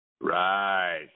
Right